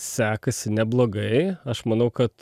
sekasi neblogai aš manau kad